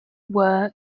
were